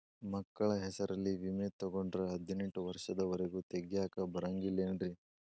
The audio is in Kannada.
ಮಕ್ಕಳ ಹೆಸರಲ್ಲಿ ವಿಮೆ ತೊಗೊಂಡ್ರ ಹದಿನೆಂಟು ವರ್ಷದ ಒರೆಗೂ ತೆಗಿಯಾಕ ಬರಂಗಿಲ್ಲೇನ್ರಿ?